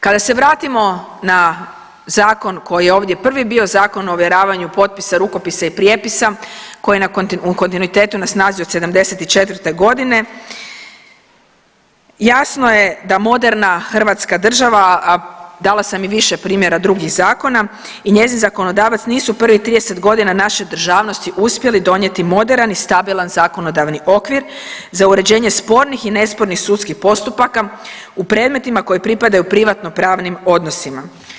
Kada se vratimo na zakon koji je ovdje prvi bio, Zakon o ovjeravanju potpisa, rukopisa i prijepisa koji je u kontinuitetu na snazi od '74.g. jasno je da moderna Hrvatska država, a dala sam i više primjera drugih zakona i njezin zakonodavac nisu prvih 30 godina naše državnosti uspjeli donijeti moderan i stabilan zakonodavni okvir za uređenje spornih i nespornih sudskih postupaka u predmetima koji pripadaju privatno-pravnim odnosima.